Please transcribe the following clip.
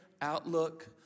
outlook